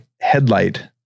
headlight